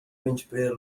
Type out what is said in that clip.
menysprea